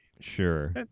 sure